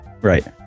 Right